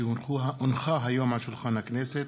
כי הונחה היום על שולחן הכנסת,